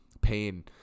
pain